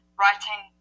writing